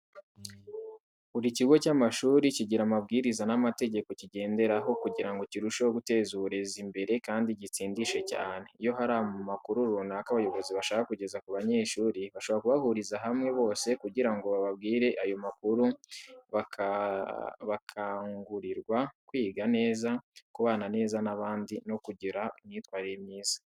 Buri kigo cy'amashuri kigira amabwiriza n'amategeko kigenderaho kugira ngo kirusheho guteza uburezi imbere kandi gitsindishe cyane. Iyo hari amakuru runaka abayobozi bashaka kugeza ku banyeshuri bashobora kubahuriza hamwe bose kugira ngo bababwire ayo makuru bakangurirwa kwiga neza, kubana neza n’abandi, no kugira imyitwarire myiza.